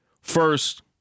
First